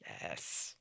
Yes